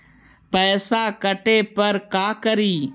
पैसा काटे पर का करि?